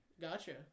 Gotcha